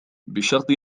بشرط